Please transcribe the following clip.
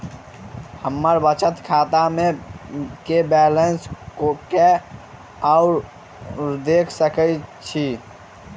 हम्मर बचत खाता केँ बैलेंस कोय आओर देख सकैत अछि की